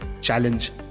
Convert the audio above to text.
challenge